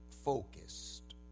focused